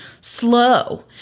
slow